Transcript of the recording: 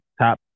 top